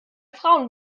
frauen